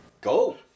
go